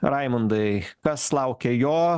raimundai kas laukia jo